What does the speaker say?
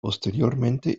posteriormente